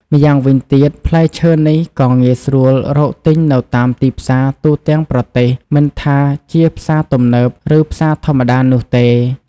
ម្យ៉ាងវិញទៀត ផ្លែឈើនេះក៏ងាយស្រួលរកទិញនៅតាមទីផ្សារទូទាំងប្រទេស មិនថាជាផ្សារទំនើប ឬផ្សារធម្មតានោះទេ។